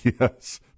Yes